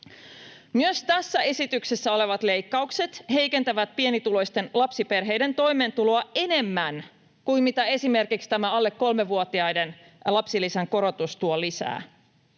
Myös tässä esityksessä olevat leikkaukset heikentävät pienituloisten lapsiperheiden toimeentuloa enemmän kuin mitä esimerkiksi alle kolmevuotiaiden lapsilisän korotus tuo lisää.